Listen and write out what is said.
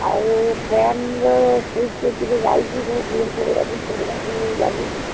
ଆଉ ଫ୍ୟାନର ସୁଇଚ୍ ଫୁଇଚ ଯାଇଚି ଟିକେ ସବୁ ବୋର୍ଡ଼୍ ଫୋଡ଼୍ ସବୁ ସବୁ ଲାଗିଛି